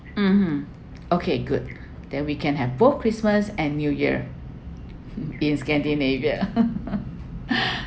mm mm okay good then we can have both christmas and new year in scandinavia